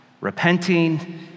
repenting